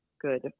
good